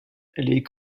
les